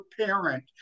parent